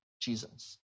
Jesus